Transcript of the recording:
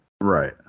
Right